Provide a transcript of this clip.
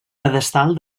pedestal